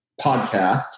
podcast